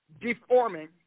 deforming